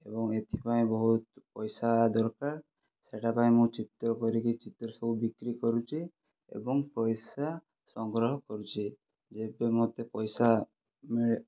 ଏବଂ ଏଥିପାଇଁ ବହୁତ ପଇସା ଦରକାର ସେଇଟା ପାଇଁ ମୁଁ ଚିତ୍ର କରିକି ଚିତ୍ର ସବୁ ବିକ୍ରି କରୁଛି ଏବଂ ପଇସା ସଂଗ୍ରହ କରୁଛି ଯେବେ ମୋତେ ପଇସା ମିଳେ